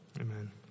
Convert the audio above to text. Amen